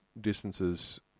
Distances